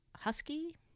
husky